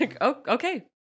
Okay